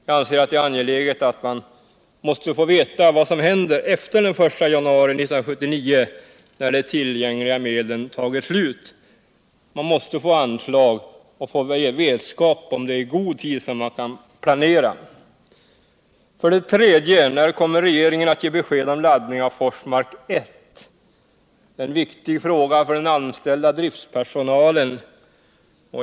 Jag anser det angeläget att få veta vad som kommer alt hända efter den I januari 1979 när de tillgängliga medlen tagit slut. Anslag måste beviljas. och man mäste få vetskap om huruvida det är gott om tid, så att man kan planera. 3. När kommer regeringen att ge besked om laddning av Forsmark 1? Det ären viktig fråga för den anställda driftspersonalen.